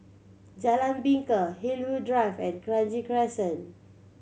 Jalan Bingka Hillview Drive and Kranji Crescent